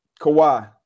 Kawhi